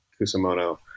kusamono